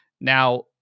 now